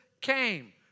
came